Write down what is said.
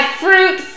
fruit